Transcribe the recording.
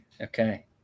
Okay